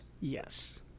Yes